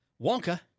Wonka